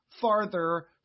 farther